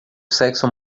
sexo